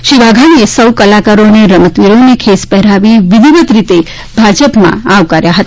શ્રી વાઘાણીએ સૌ કલાકારો અને રમતવીરોને ખેસ પહેરાવી વિધિવત રીતે ભાજપમાં આવકાર્યા હતા